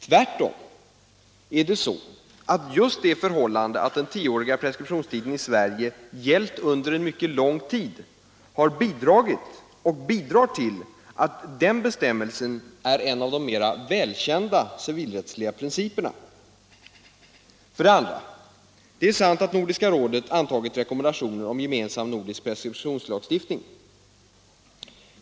Tvärtom är det så att just det förhållandet att den tioåriga preskriptionstiden i Sverige gällt under en mycket lång tid har bidragit och bidrar till att den bestämmelsen är en av de mera välkända civilrättsliga principerna. För det andra: Det är sant att Nordiska rådet antagit rekommendationer om en gemensam nordisk preskriptionslagstiftning.